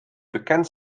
bekend